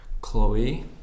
Chloe